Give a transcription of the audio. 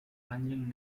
plunging